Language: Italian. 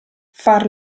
far